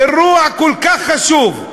אירוע כל כך חשוב,